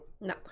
No